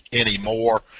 anymore